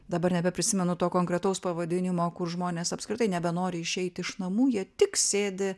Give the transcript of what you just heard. dabar nebeprisimenu to konkretaus pavadinimo kur žmonės apskritai nebenori išeiti iš namų jie tik sėdi